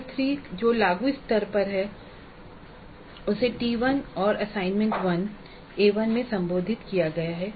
CO3 जो लागू स्तर पर है उसे T1 और असाइनमेंट 1 में संबोधित किया गया है